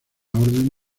orden